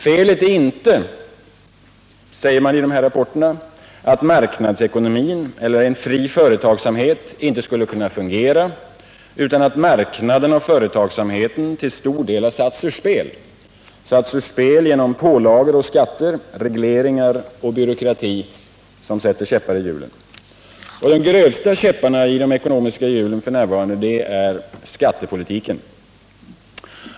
Felet är inte, säger man i rapporterna, att marknadsekonomin eller en fri företagsamhet inte skulle fungera, utan att marknaderna och företagsamheten till stor del har satts ur spel. Pålagor och skatter, regleringar och byråkrati har satt käppar i hjulen. De grövsta käpparna sätts f. n. av skattepolitiken.